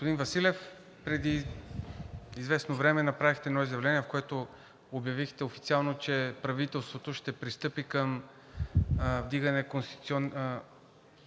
Господин Василев, преди известно време направихте едно изявление, в което обявихте официално, че правителството ще пристъпи към вдигане таксите